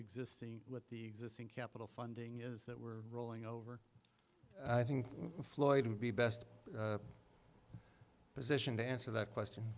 existing with the existing capital funding is that we're rolling over i think floyd would be best position to answer that question